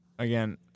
Again